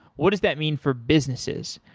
what does that mean for businesses?